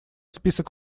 список